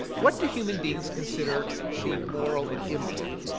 what do human beings consider to be moral and immoral?